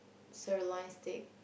sirloin steak